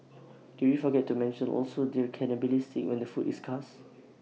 did we forget to mention also that cannibalistic when the food is scarce